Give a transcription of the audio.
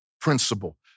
principle